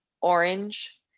orange